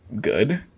good